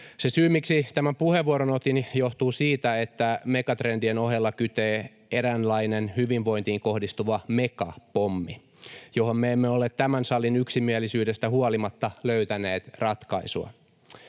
Se syy, miksi tämän puheenvuoron otin, on se, että megatrendien ohella kytee eräänlainen hyvinvointiin kohdistuva megapommi, johon me emme ole tämän salin yksimielisyydestä huolimatta löytäneet ratkaisua.